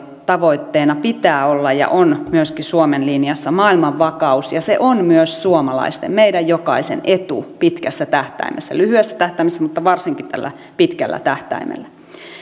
tavoitteena pitää olla ja on myöskin suomen linjassa maailman vakaus se on myös suomalaisten meidän jokaisen etu pitkässä tähtäimessä lyhyessä tähtäimessä mutta varsinkin tällä pitkällä tähtäimellä